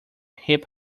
hip